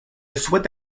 souhaite